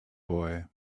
boy